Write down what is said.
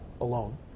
alone